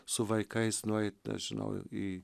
su vaikais nueit nežinau į